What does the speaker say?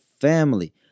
family